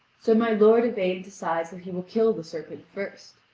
so my lord yvain decides that he will kill the serpent first.